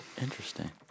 interesting